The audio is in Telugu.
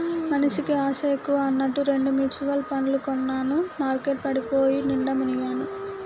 మనిషికి ఆశ ఎక్కువ అన్నట్టు రెండు మ్యుచువల్ పండ్లు కొన్నాను మార్కెట్ పడిపోయి నిండా మునిగాను